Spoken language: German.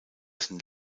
sind